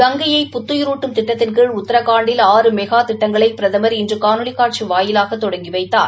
கங்கையை புத்தயிருட்டும் திட்டத்தின் கீழ் உத்ரகாண்டில் ஆறு மெகா திட்டங்களை பிரதமர் இன்று காணொலி காட்சி வாயிலாக தொடங்கி வைத்தார்